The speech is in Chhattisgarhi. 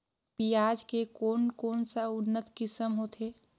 पियाज के कोन कोन सा उन्नत किसम होथे?